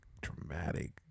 Dramatic